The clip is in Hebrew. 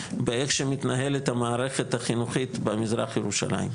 באיך שמתנהלת המערכת החינוכית במזרח ירושלים.